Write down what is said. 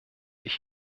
ich